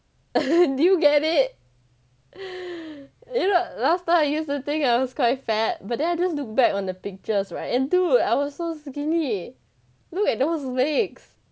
did you get it you know last time I used to think I was quite fat but then I just look back on the pictures right and dude I was so skinny look at those legs